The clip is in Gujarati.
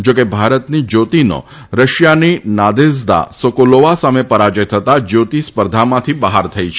જોકે ભારતની જ્યોતિનો રશિયાની નાદેઝદા સોકોલોવા સામે પરાજય થતા જ્યોતિ સ્પર્ધામાંથી બહાર થઈ છે